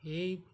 এই